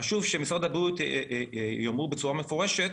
חשוב שמשרד הבריאות יאמר בצורה מפורשת